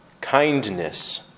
kindness